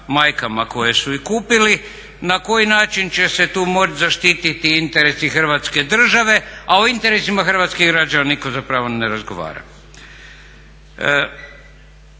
koje su ih kupili, na koji način će se tu moći zaštititi interesi Hrvatske države, a o interesima hrvatskih građana nitko zapravo ni ne razgovara.